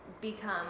become